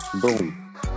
Boom